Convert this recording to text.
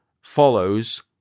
follows